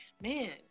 man